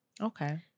Okay